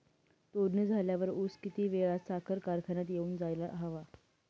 तोडणी झाल्यावर ऊस किती वेळात साखर कारखान्यात घेऊन जायला हवा?